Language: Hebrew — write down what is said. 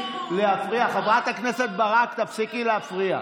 לא התכוונת, חברת הכנסת ברק, תפסיקי להפריע.